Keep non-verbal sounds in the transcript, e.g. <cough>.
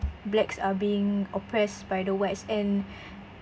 blacks are being oppressed by the whites and <breath>